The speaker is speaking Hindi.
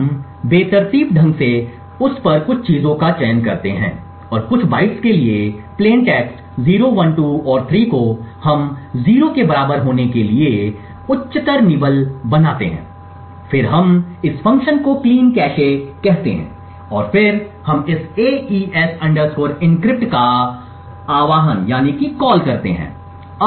हम बेतरतीब ढंग से उस पर कुछ चीजों का चयन करते हैं और कुछ बाइट्स के लिए प्लेन टेक्स्ट 0 1 2 और 3 को हम 0 के बराबर होने के लिए उच्चतर निबल बनाते हैं फिर हम इस फ़ंक्शन को क्लीनकैश कहते हैं और फिर हम इस AES encrypt का आह्वान करते हैं